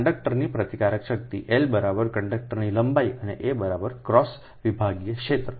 કંડક્ટરની પ્રતિકારક શક્તિ l કંડક્ટરની લંબાઈ અને a ક્રોસ વિભાગીય ક્ષેત્ર